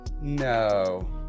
No